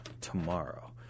tomorrow